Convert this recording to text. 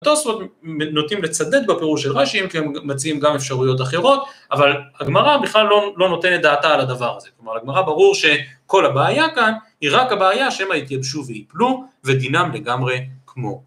תוספות נוטים לצדד בפירוש של רש"י ‫כי הם מציעים גם אפשרויות אחרות, ‫אבל הגמרא בכלל לא לא נותנת דעתה ‫על הדבר הזה. ‫כלומר, לגמרא ברור שכל הבעיה כאן ‫היא רק הבעיה שמא יתייבשו וייפלו, ‫ודינם לגמרי כמו.